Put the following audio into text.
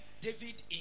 David